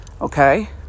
Okay